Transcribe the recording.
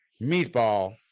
meatball